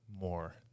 more